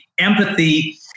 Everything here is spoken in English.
Empathy